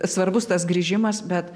svarbus tas grįžimas bet